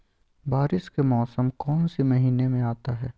बारिस के मौसम कौन सी महीने में आता है?